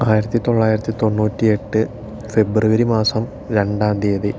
ആയിരത്തി തൊള്ളായിരത്തി തൊണ്ണൂറ്റി എട്ട് ഫെബ്രുവരി മാസം രണ്ടാം തീയ്യതി